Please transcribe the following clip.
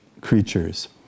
creatures